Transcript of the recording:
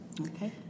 Okay